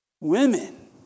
Women